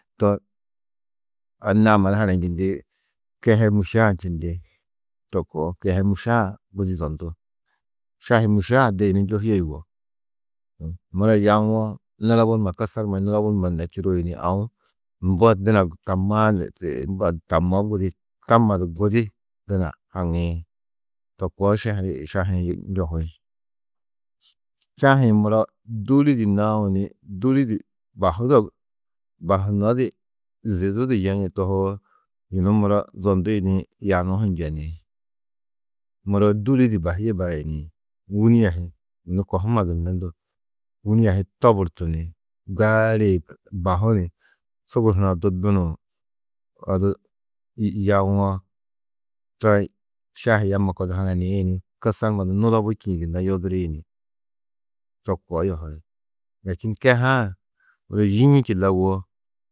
To anna-ã mannu hananjidi, kehe mûše-ã čindi to koo, kehe mûše-ã budi zondu. Šahi mûše-ã de yunu njohîe yugó muro yawo nulobu numa kusar numa nulobu numa gunna čurii, aũ mbo duna tamaá tamó gudi tamma gudi duna haŋiĩ to koo šahi-ĩ njohi. Šahi-ĩ muro dûli di nau ni dûli di bahudo, bahunodi zidu du yaîe tohoo yunu muro zondu yidĩ yanu hu njeni. Muro dûli di bahîe barayini, wûni a hi yunu kohuma gunna ndo, wûni a hi toburtu ni gaali bahu ni sugur hunã du dunuũ odu yu- yawo to šahi yamo kordu hananiĩ ni kusar numa du nulobu čîĩ gunna yodiri ni, to koo yohi, lakîn kehe-ã muro yî-î čilawo.